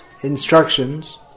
instructions